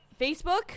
Facebook